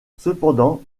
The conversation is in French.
cependant